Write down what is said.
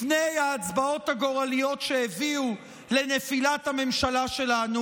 לפני ההצבעות הגורליות שהביאו לנפילת הממשלה שלנו?